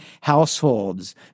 households